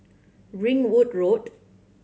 Ringwood Road